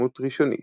והתרשמות ראשונית,